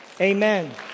Amen